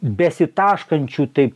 besitaškančių taip